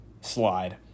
slide